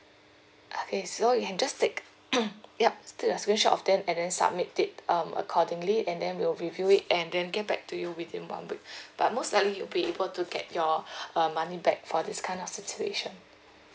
okay so you can just take yup take a screenshot of that and then submit it um accordingly and then we will review it and then get back to you within one week but most likely you'll be able to get your uh money back for this kind of situation